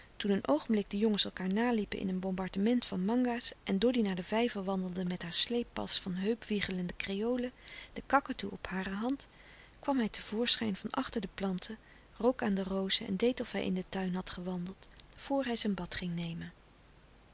toen een oogenblik de jongens elkaâr naliepen in een bombardement van manga's en doddy naar den vijver wandelde met haar sleeppas van heupwiegelende kreole de kakatoe op hare hand kwam hij te voorschijn van achter de planten rook aan de rozen en deed of hij in den tuin had gewandeld vor hij zijn bad ging nemen